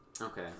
Okay